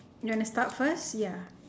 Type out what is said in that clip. you want to start first ya